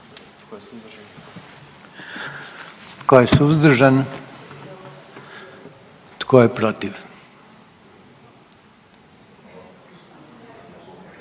Tko je suzdržan? Tko je protiv?